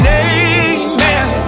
amen